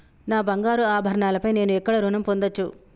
నా బంగారు ఆభరణాలపై నేను ఎక్కడ రుణం పొందచ్చు?